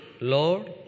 lord